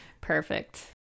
Perfect